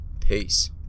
Peace